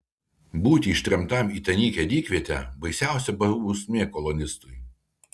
būti ištremtam į tą nykią dykvietę baisiausia bausmė kolonistui